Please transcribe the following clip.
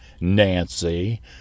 Nancy